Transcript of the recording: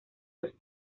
los